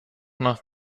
nach